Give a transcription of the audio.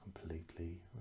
completely